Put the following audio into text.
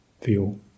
feel